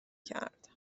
کرد